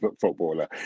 footballer